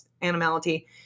animality